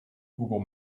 google